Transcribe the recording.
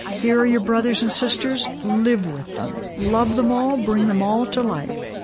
here are your brothers and sisters, live with them, love them all, bring them all to light.